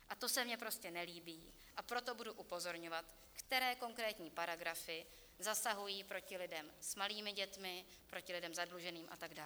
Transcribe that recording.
A to se mi prostě nelíbí, a proto budu upozorňovat, které konkrétní paragrafy zasahují proti lidem s malými dětmi, proti lidem zadluženým a tak dále.